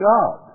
God